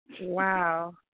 Wow